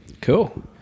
cool